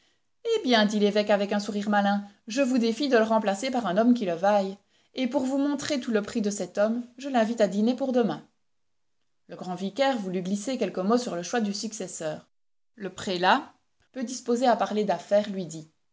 eh bien dit l'évêque avec un sourire malin je vous défie de le remplacer par un homme qui le vaille et pour vous montrer tout le prix de cet homme je l'invite à dîner pour demain le grand vicaire voulut glisser quelques mots sur le choix du successeur le prélat peu disposé à parler d'affaires lui dit